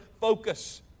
focus